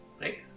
right